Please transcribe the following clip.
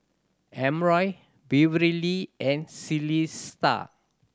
Emroy Beverlee and Celesta